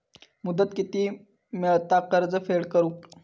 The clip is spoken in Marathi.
मुदत किती मेळता कर्ज फेड करून?